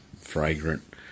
fragrant